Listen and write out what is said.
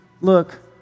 Look